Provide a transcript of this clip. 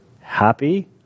happy